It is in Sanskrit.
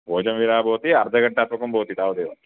भोजनवेला भवति अर्धघण्टात्मकं भवति तावदेव